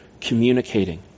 communicating